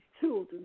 children